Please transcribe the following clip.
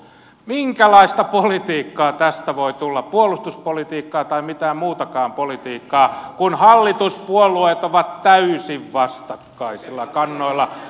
minkälaista politiikkaa tästä voi tulla puolustuspolitiikkaa tai mitään muutakaan politiikkaa kun hallituspuolueet ovat täysin vastakkaisilla kannoilla